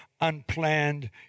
unplanned